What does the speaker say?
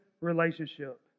relationship